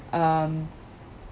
um